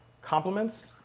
compliments